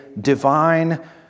divine